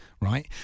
right